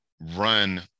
run